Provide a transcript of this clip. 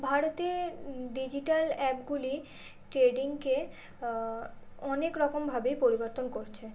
ভারতের ডিজিটাল অ্যাপগুলি ট্রেডিংকে অনেক রকমভাবে পরিবর্তন করছে